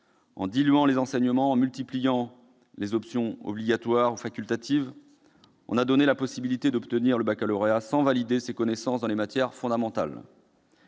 En diluant les enseignements, en multipliant les options obligatoires ou facultatives, on a donné la possibilité d'obtenir le baccalauréat sans valider ses connaissances dans les matières fondamentales.